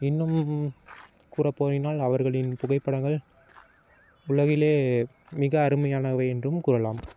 இன்னும் கூற போனால் அவர்களின் புகைப்படங்கள் உலகிலே மிக அருமையானவை என்றும் கூறலாம்